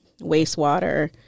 wastewater